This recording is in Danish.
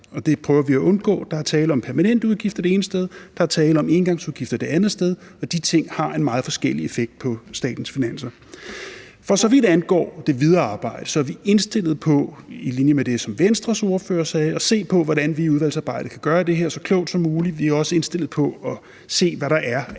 det prøver vi at undgå. Der er tale om permanente udgifter det ene sted, og der er tale om engangsudgifter det andet sted – og de ting har en meget forskellig effekt på statens finanser. For så vidt angår det videre arbejde, er vi indstillet på, på linje med det, som Venstres ordfører sagde, at se på, hvordan vi i udvalgsarbejdet kan gøre det her så klogt som muligt. Vi er også indstillet på at se, hvad der er